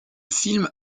film